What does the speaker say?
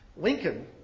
Lincoln